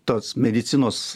tos medicinos